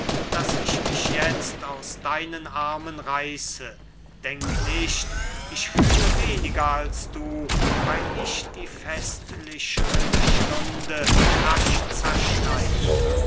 daß ich mich jetzt aus deinen armen reiße denk nicht ich fühle weniger als du weil ich die festlich schöne stunde rasch zerschneide